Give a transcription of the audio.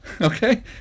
okay